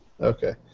Okay